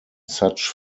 such